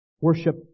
worship